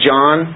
John